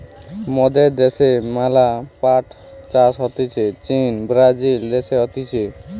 মোদের দ্যাশে ম্যালা পাট চাষ হতিছে চীন, ব্রাজিল দেশে হতিছে